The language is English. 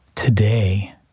Today